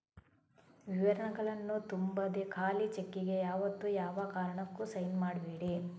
ವಿವರಗಳನ್ನ ತುಂಬದೆ ಖಾಲಿ ಚೆಕ್ಕಿಗೆ ಯಾವತ್ತೂ ಯಾವ ಕಾರಣಕ್ಕೂ ಸೈನ್ ಮಾಡ್ಬೇಡಿ